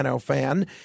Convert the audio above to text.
fan